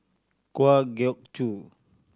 Kwa Geok Choo